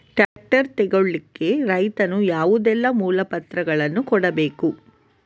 Tractor ತೆಗೊಳ್ಳಿಕೆ ರೈತನು ಯಾವುದೆಲ್ಲ ಮೂಲಪತ್ರಗಳನ್ನು ಕೊಡ್ಬೇಕು?